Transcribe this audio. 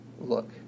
look